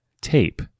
tape